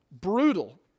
brutal